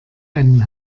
einen